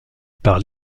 par